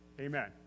amen